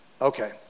okay